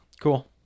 Cool